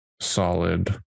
solid